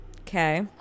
Okay